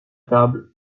table